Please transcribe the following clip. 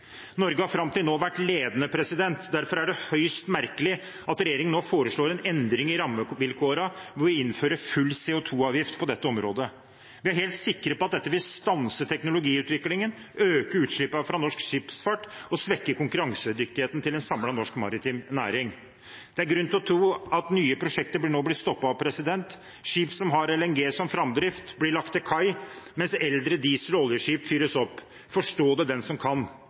Norge har fram til nå vært ledende. Derfor er det høyst merkelig at regjeringen nå foreslår en endring i rammevilkårene, ved å innføre full CO 2 -avgift på dette området. Vi er helt sikre på at dette vil stanse teknologiutviklingen, øke utslippene fra norsk skipsfart og svekke konkurransedyktigheten til en samlet norsk maritim næring. Det er grunn til å tro at nye prosjekter nå blir stoppet. Skip som har LNG som framdrift, blir lagt til kai, mens eldre diesel- og oljeskip fyres opp – forstå det, den som kan.